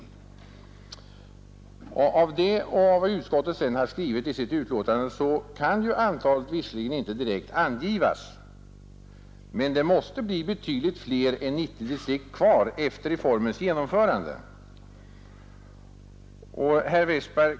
Med ledning av det och av vad utskottet sedan skrivit i sitt betänkande kan antalet visserligen inte direkt angivas, men det måste bli betydligt fler än 90 distrikt kvar efter reformens genomförande.